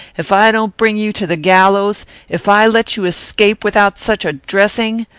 if i don't bring you to the gallows if i let you escape without such a dressing!